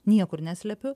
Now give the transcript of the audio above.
niekur neslepiu